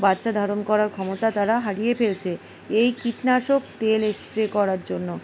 বাচ্চা ধারণ করার ক্ষমতা তারা হারিয়ে ফেলছে এই কীটনাশক তেল স্প্রে করার জন্য